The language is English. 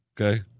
Okay